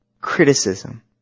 criticism